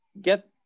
get